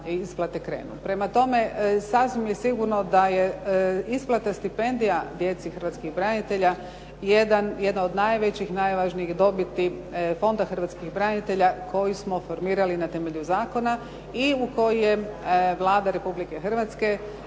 Prema tome, sasvim je sigurno da je isplata stipendija djeci Hrvatskih branitelja jedna od najvećih i najvažnijih dobiti Fonda hrvatskih branitelja koji smo formirali na temelju zakona i u kojem Vlada Republike Hrvatske